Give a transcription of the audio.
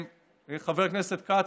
חבר הכנסת כץ,